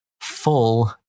full